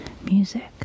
Music